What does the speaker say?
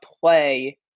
play